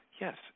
Yes